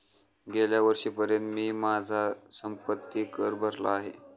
गेल्या वर्षीपर्यंत मी माझा संपत्ति कर भरला आहे